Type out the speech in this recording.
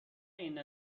این